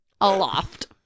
aloft